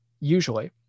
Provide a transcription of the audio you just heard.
usually